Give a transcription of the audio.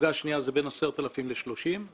דרגה שנייה היא בין 10,000 ל-30,000 שקלים,